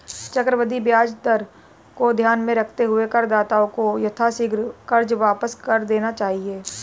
चक्रवृद्धि ब्याज दर को ध्यान में रखते हुए करदाताओं को यथाशीघ्र कर्ज वापस कर देना चाहिए